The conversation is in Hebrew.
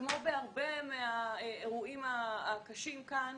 כמו בהרבה מהאירועים הקשים כאן,